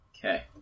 Okay